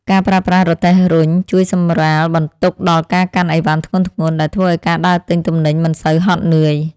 ការប្រើប្រាស់រទេះរុញជួយសម្រាលបន្ទុកដល់ការកាន់អីវ៉ាន់ធ្ងន់ៗដែលធ្វើឱ្យការដើរទិញទំនិញមិនសូវហត់នឿយ។